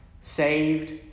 saved